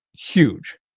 huge